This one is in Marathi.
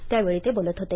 त्यावेळी ते बोलत होते